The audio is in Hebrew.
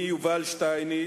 אני, יובל שטייניץ,